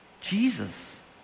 Jesus